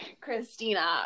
christina